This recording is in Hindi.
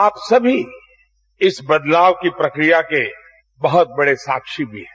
आप सभी इस बदलाव की प्रक्रिया के बहुत बड़े साक्षी भी है